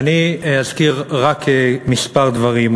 ואני אזכיר רק כמה דברים.